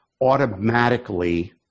automatically